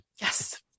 yes